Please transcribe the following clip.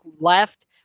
left